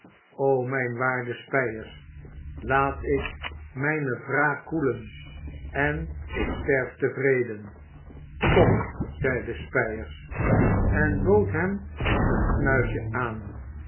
o mijn waarde spyers laat ik mijne wraak koelen en ik sterf tevreden kom zeide spyers en bood hem een snuifje aan